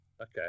okay